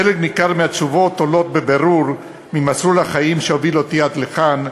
חלק ניכר מהתשובות עולות בבירור ממסלול החיים שהוביל אותי עד לכאן,